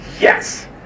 yes